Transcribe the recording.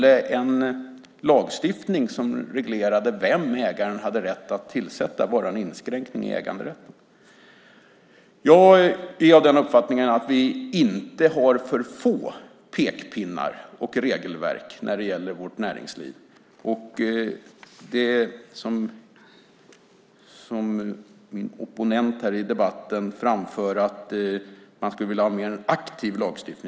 En lagstiftning som reglerade vem ägaren hade rätt att tillsätta skulle då vara en inskränkning i äganderätten. Jag är av den uppfattningen att vi inte har för få pekpinnar och regelverk när det gäller vårt näringsliv. Opponenten här i debatten framför att man skulle vilja ha en aktiv lagstiftning.